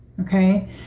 Okay